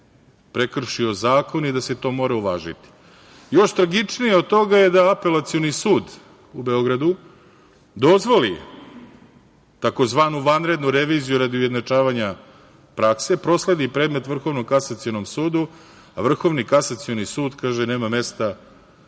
prekršio zakon i da se to mora uvažiti. Još tragičnije od toga je da Apelacioni sud u Beogradu dozvoli tzv. vanrednu reviziju radi ujednačavanja prakse, prosledi predmet Vrhovnom kasacionom sudu a Vrhovni kasacioni sud kaže – nema mesta za